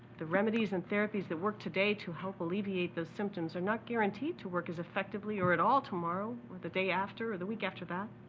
the remedies and therapies that work today to help alleviate those symptoms are not guaranteed to work as effectively or at all tomorrow, or the day after, or the week after that.